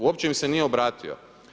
Uopće im se nije obratio.